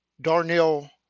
Darnell